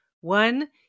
one